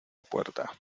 puerta